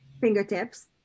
fingertips